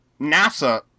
NASA